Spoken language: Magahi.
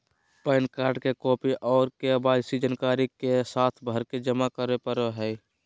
पैन कार्ड के कॉपी आर के.वाई.सी जानकारी के साथ भरके जमा करो परय हय